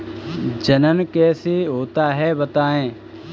जनन कैसे होता है बताएँ?